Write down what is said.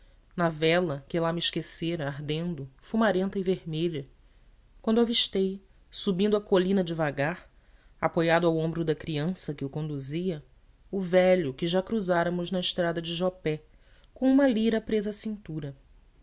na vela que lá me esquecera ardendo fumarenta e vermelha quando avistei subindo a colina devagar apoiado ao ombro da criança que o conduzia o velho que já cruzáramos na estrada de jopé com uma lira presa à cintura